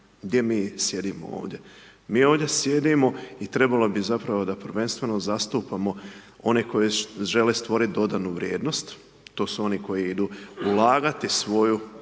gdje mi sjedimo ovdje. Mi ovdje sjedimo i trebalo bi zapravo da prvenstveno zastupamo oni koji žele stvoriti dodanu vrijednost. To su oni koji idu ulagati svoju imovinu,